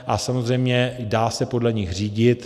A samozřejmě dá se podle nich řídit.